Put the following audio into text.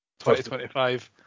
2025